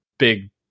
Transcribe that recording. big